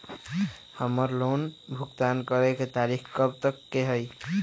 हमार लोन भुगतान करे के तारीख कब तक के हई?